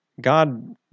God